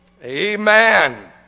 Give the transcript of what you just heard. amen